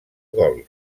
gols